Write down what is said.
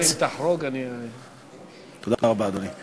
אם תחרוג, אני, תודה רבה, אדוני.